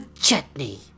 chutney